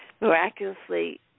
miraculously